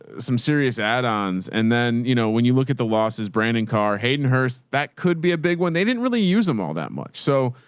some serious ad-ons. and then, you know, when you look at the losses, brandon carr, hayden hearst, that could be a big one. they didn't really use them all that much. so,